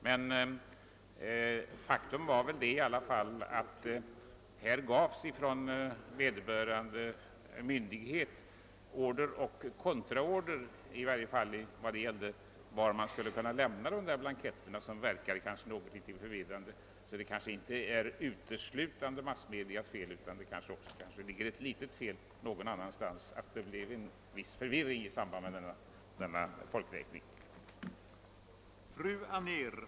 Men faktum är i alla fall att här gavs från vederbörande myndighet order och kontraorder åtminstone när det gällde var blanketterna skulle kunna lämnas, något som verkade en smula förvirrande. Felet ligger därför kanske inte uteslutande hos massmedia, utan det kan ha begåtts ett litet fel någon annanstans, så att en viss förvirring uppstod i samband med denna folkoch bostadsräkning.